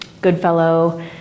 Goodfellow